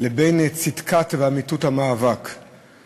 לבין צדקת המאבק ואמיתותו.